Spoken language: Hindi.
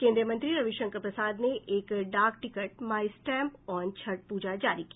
केन्द्रीय मंत्री रविशंकर प्रसाद ने एक डाक ticket my stamp on Chhath Puja जारी की